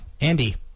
Andy